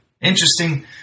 Interesting